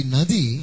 Nadi